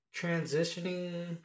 transitioning